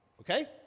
Okay